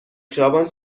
خیابان